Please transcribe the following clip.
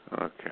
Okay